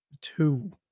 Two